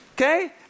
Okay